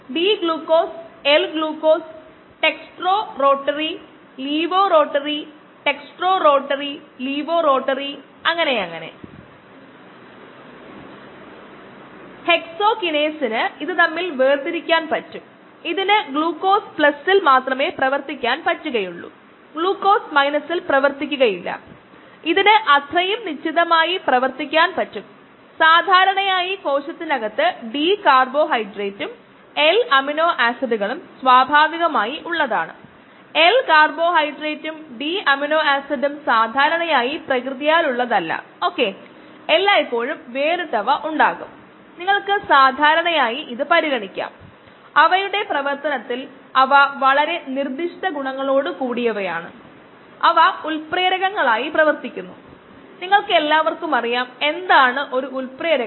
noncompetitive ഇൻഹിബിഷനു ആയി Vm പരിഷ്ക്കരിക്കപ്പെടുന്നു കൂടാതെ അൺകോംപ്റ്റിറ്റിവ് ഇൻഹിബിഷനു ആയിട്ട് vm km എന്നിവ ഈ രീതിയിൽ പരിഷ്ക്കരിച്ചു ഇതാണ് സംഗ്രഹം